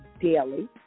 daily